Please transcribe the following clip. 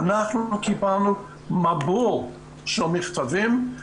ואנחנו קיבלנו מבול של מכתבים,